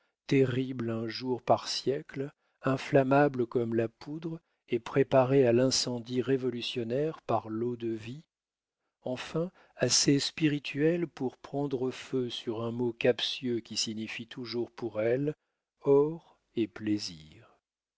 terrible un jour par siècle inflammable comme la poudre et préparée à l'incendie révolutionnaire par l'eau-de-vie enfin assez spirituelle pour prendre feu sur un mot